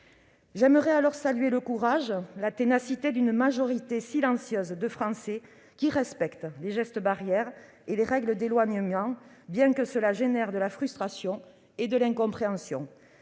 J'aimerais saluer le courage et la ténacité d'une majorité silencieuse de Français qui respectent les gestes barrières et les règles d'éloignement, bien que ceux-ci suscitent de la frustration et de l'incompréhension.